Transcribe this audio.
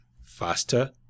faster